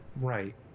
Right